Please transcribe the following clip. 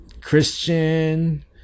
Christian